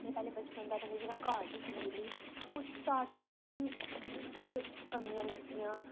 में पैह्लें बचपन दा पैह्लें जेह्ड़ा घर बी खंदी रेही उस चाट बिच्च मी बड़ी कुछ कमियां लग्गियां